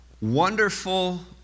wonderful